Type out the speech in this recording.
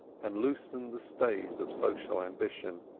and loosen the stays of social ambition,